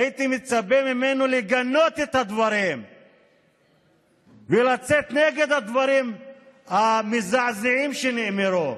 הייתי מצפה ממנו לגנות את הדברים ולצאת נגד הדברים המזעזעים שנאמרו.